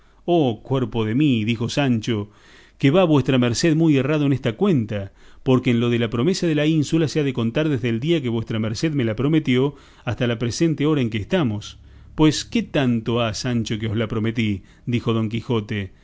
oh cuerpo de mí dijo sancho que va vuestra merced muy errado en esta cuenta porque en lo de la promesa de la ínsula se ha de contar desde el día que vuestra merced me la prometió hasta la presente hora en que estamos pues qué tanto ha sancho que os la prometí dijo don quijote